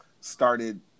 started